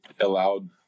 allowed